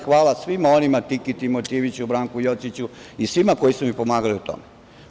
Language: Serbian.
Hvala svima onima, Tiki Timotijeviću, Branku Jociću i svima koji su mi pomagali u tome.